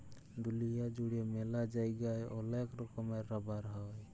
দুলিয়া জুড়ে ম্যালা জায়গায় ওলেক রকমের রাবার হ্যয়